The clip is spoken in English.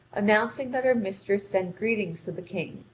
announcing that her mistress sent greetings to the king,